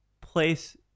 place